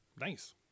Nice